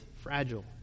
fragile